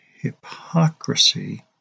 hypocrisy